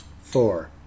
four